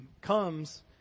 comes